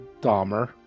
Dahmer